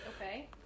Okay